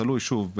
תלוי שוב,